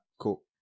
Cool